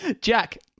Jack